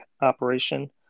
operation